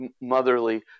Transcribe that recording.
motherly